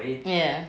ya